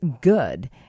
good